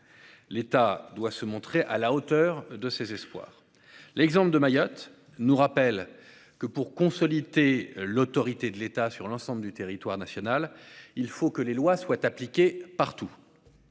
L'État doit se montrer à la hauteur de ces espoirs. L'exemple de Mayotte nous rappelle que, pour consolider l'autorité de l'État sur l'ensemble du territoire national, il faut que les lois soient appliquées partout.